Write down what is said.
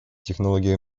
технологии